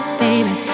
baby